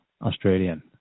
Australian